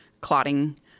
clotting